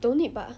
don't need bah